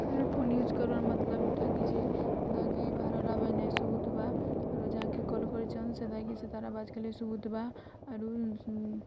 head phone use କରିବାର୍ ମତଲବ୍ ଏଇଟା କି ଯେ ତାକି ବାହାରର ଆବାଜ୍ ନାଇଁ ଶୁଭୁଥିବା ଆରୁ ଯାହାକେ କଲ୍ କରିଛନ୍ ସେ ଯାଇ କି ସେ ତାର୍ ଆବାଜ୍ ଖାଲି ଶୁଭୁଥିବା ଆରୁ